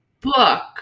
book